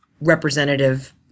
representative